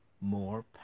more